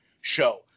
show